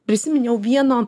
prisiminiau vieno